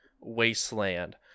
wasteland